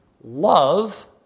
love